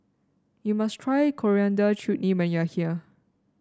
you must try Coriander Chutney when you are here